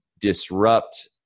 disrupt